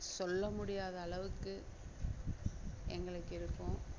சொல்ல முடியாத அளவுக்கு எங்களுக்கு இருக்கும்